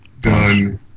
done